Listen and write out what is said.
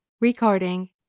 Recording